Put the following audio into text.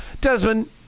Desmond